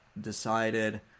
Decided